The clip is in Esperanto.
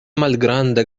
malgranda